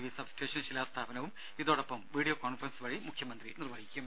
V substation ശിലാസ്ഥാപനവും ഇതോടൊപ്പം video conference വഴി മുഖ്യമന്ത്രി നിർവഹിക്കും